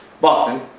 Boston